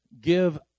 Give